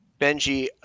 Benji